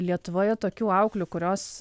lietuvoje tokių auklių kurios